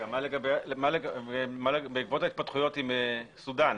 בעקבות ההתפתחויות עם סודן